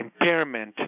impairment